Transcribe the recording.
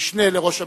המשנה לראש הממשלה,